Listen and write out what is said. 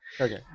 Okay